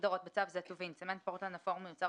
הגדרות 1. בצו זה "טובין" צמנט פורטלנד אפור המיוצר